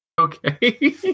Okay